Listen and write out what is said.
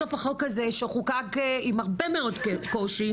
בסוף החוק הזה שחוקק עם הרבה מאוד קושי,